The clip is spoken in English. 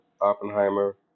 Oppenheimer